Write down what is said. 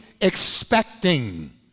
expecting